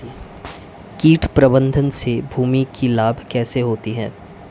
कीट प्रबंधन से भूमि को लाभ कैसे होता है?